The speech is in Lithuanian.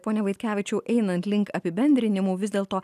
pone vaitkevičiau einant link apibendrinimų vis dėlto